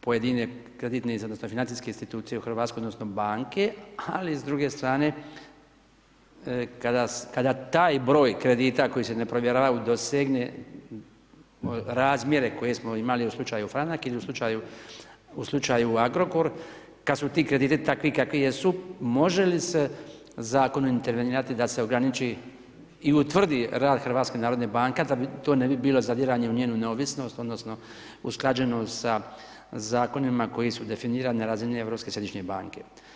pojedine kreditne, odnosno financijske institucije u Hrvatskoj, odnosno banke, ali s druge strane, kada taj broj kredita koji se ne provjeravaju dosegne razmjere koje smo imali u slučaju franak ili u slučaju Agrokor, kad su ti krediti takvi kakvi jesu, može li se zakonom intervenirati da se ograniči i utvrdi rad HNB, a da to ne bi bilo zadiranje u njenu neovisnost, odnosno usklađenost sa zakonima koji su definirani na razini Europske središnje banke.